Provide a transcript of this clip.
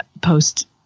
post